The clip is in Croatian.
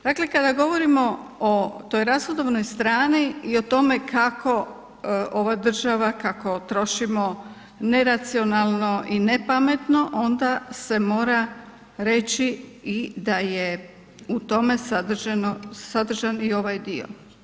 Dakle kada govorimo o toj rashodovnoj strani i o tome kako ova država, kako trošimo neracionalno ne pametno onda se mora reći i da je u tome sadržan i ovaj dio.